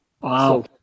Wow